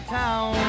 town